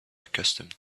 accustomed